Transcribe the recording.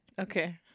Okay